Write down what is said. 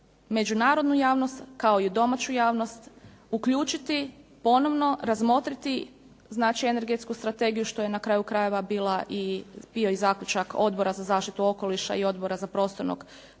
međunarodnu javnost kao i domaću javnost uključiti, ponovo razmotriti energetsku strategiju što je na kraju krajeva bio i zaključak Odbora za zaštitu okoliša i Odbora za prostorno uređenje